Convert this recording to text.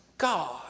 God